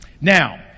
Now